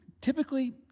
Typically